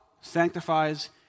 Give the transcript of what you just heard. Sanctifies